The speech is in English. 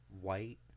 white